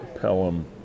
Pelham